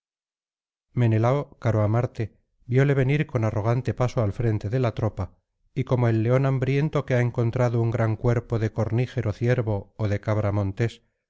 menelao caro á marte viole venir con arrogante paso al frente de la tropa y como el león hambriento que ha encontrado un gran cuerpo de cornígero ciervo ó de cabra montes